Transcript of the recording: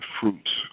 fruits